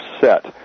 set